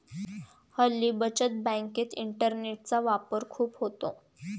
हल्ली बचत बँकेत इंटरनेटचा वापर खूप होतो